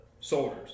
soldiers